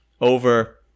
over